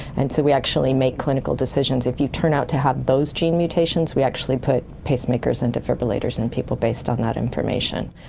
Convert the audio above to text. and so we actually make clinical decisions. if you turn out to have those gene mutations we actually put pacemakers and defibrillators in people based on that information.